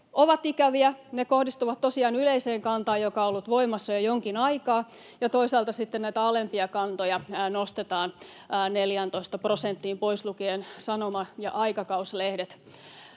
ovat ikäviä. Ne kohdistuvat tosiaan yleiseen kantaan, joka on ollut voimassa jo jonkin aikaa, ja toisaalta sitten näitä alempia kantoja nostetaan 14 prosenttiin pois lukien sanoma- ja aikakauslehdet.